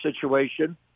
situation